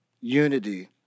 unity